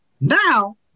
now